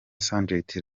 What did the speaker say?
sgt